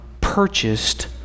purchased